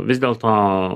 vis dėl to